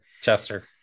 Chester